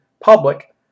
public